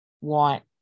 want